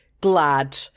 glad